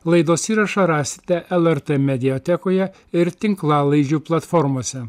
laidos įrašą rasite lrt mediatekoje ir tinklalaidžių platformose